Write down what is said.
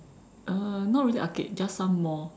uh not really arcade just some mall